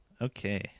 okay